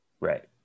Right